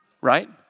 Right